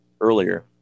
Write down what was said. earlier